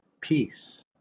peace